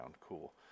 Cool